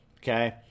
Okay